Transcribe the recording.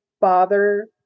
Father